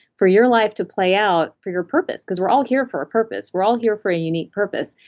for your life to play out for your purpose because we're all here for a purpose. we're all here for a unique purpose,